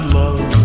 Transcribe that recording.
love